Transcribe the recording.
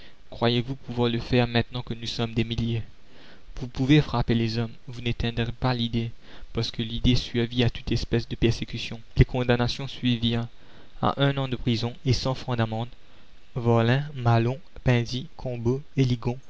croyez-vous pouvoir le faire maintenant que nous sommes des milliers vous pouvez frapper les hommes vous n'éteindrez pas l'idée parce que l'idée survit à toute espèce de persécutions les condamnations suivirent a un an de prison et francs d'amende varlin malon